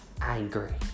angry